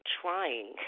trying